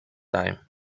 time